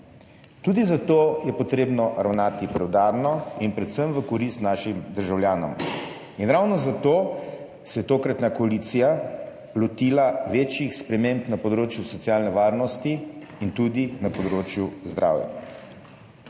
Tudi zato je potrebno ravnati preudarno in predvsem v korist našim državljanom. Ravno zato se je tokratna koalicija lotila večjih sprememb na področju socialne varnosti in tudi na področju zdravja.